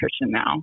now